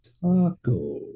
Taco